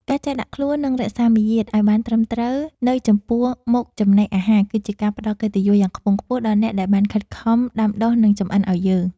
ការចេះដាក់ខ្លួននិងរក្សាមារយាទឱ្យបានត្រឹមត្រូវនៅចំពោះមុខចំណីអាហារគឺជាការផ្តល់កិត្តិយសយ៉ាងខ្ពង់ខ្ពស់ដល់អ្នកដែលបានខិតខំដាំដុះនិងចម្អិនឱ្យយើង។